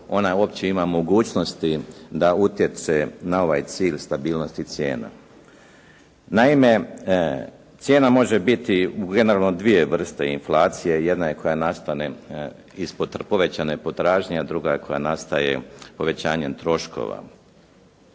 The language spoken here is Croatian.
ona uopće ima mogućnosti da utječe na ovaj cilj stabilnosti cijena. Naime, cijena može biti generalno dvije vrste inflacije. Jedna je koja nastane ispod povećane potražnje, a druga koja nastaje povećanjem troškova.